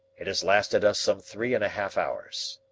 it has lasted us some three and a half hours.